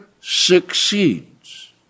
succeeds